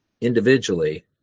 individually